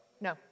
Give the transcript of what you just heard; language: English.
No